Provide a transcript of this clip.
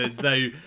no